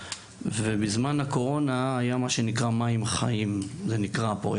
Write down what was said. ובזמן הקורונה היה לנו פרויקט שנקרא ׳מים חיים ובמסגרתו,